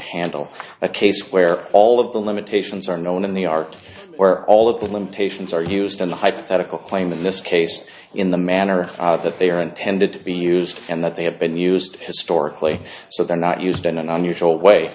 handle a case where all of the limitations are known in the art or all of the limitations are used in the hypothetical claim in this case in the manner that they are intended to be used and that they have been used historically so they're not used in an unusual way